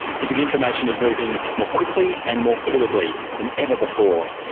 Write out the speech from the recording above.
because information is moving more quickly and more fluidly, than ever before.